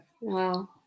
Wow